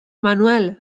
manuel